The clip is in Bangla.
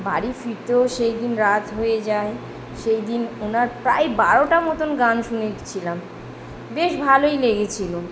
বাড়ি ফিরতেও সেই দিন রাত হয়ে যায় সেই দিন উনার প্রায় বারোটার মতন গান শুনেছিলাম বেশ ভালোই লেগেছিলো